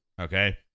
okay